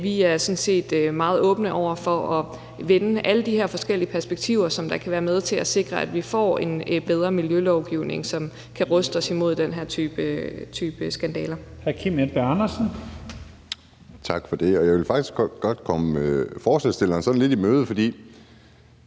set er meget åbne over for at vende alle de her forskellige perspektiver, som kan være med til at sikre, at vi får en bedre miljølovgivning, som kan ruste os imod den her type skandaler. Kl. 15:58 Første næstformand (Leif Lahn Jensen): Hr.